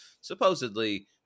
supposedly